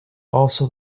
also